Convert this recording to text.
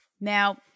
Now